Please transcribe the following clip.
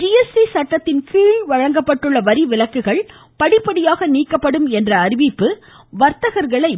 GST சட்டத்தின்கீழ் வழங்கப்பட்டுள்ள வரி விலக்குகள் படிப்படியாக நீக்கப்படும் என்ற அறிவிப்பு வர்த்தகர்களை